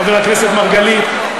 חבר הכנסת מרגלית,